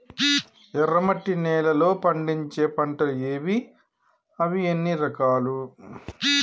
ఎర్రమట్టి నేలలో పండించే పంటలు ఏవి? అవి ఎన్ని రకాలు?